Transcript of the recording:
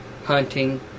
Hunting